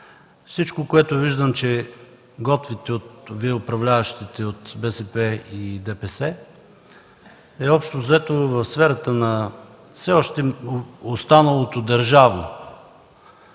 Всичко, което виждам, че готвите Вие, управляващите от БСП и ДПС, общо взето е в сферата на останалото държавно.